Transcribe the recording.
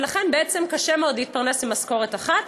ולכן קשה מאוד להתפרנס ממשכורת אחת.